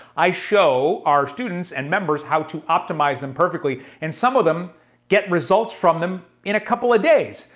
i show our students and members how to optimize them perfectly, and some of them get results from them in a couple of days.